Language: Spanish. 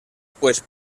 pues